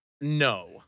No